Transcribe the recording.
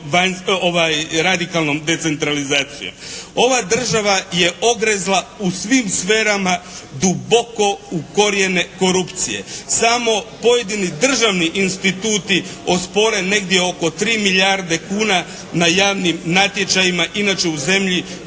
radikalnom decentralizacijom. Ova država je ogrezla u svim sferama duboko u korijene korupcije. Samo pojedini državni instituti ospore negdje oko 3 milijarde kuna na javnim natječajima, inače u zemlji